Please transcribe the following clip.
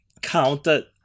counted